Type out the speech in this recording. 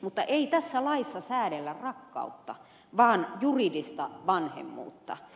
mutta ei tässä laissa säädellä rakkautta vaan juridista vanhemmuutta